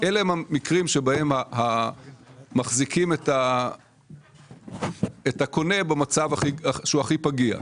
אלה הם המקרים שבהם מחזיקים את הקונה במצב שהוא הכי פגיע,